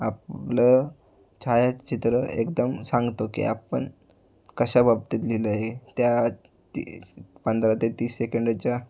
आपलं छायाचित्र एकदम सांगतो की आपण कशा बाबतीत लिहिलं आहे हे त्या तीस पंधरा ते तीस सेकंडाच्या